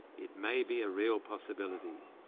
it may be a real possibility.